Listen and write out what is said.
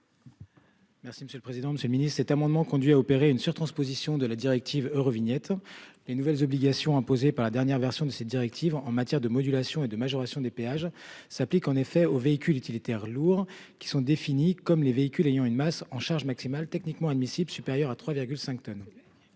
Merci monsieur le président, Monsieur le Ministre, cet amendement conduit à opérer une sur-transposition de la directive Eurovignette. Les nouvelles obligations imposées par la dernière version de ses directives en matière de modulation et de majoration des péages s'applique en effet aux véhicules utilitaires lourds qui sont définis comme les véhicules ayant une masse en charge maximale techniquement admissible supérieure à 3,5 tonnes.